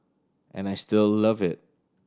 and I still love it